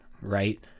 Right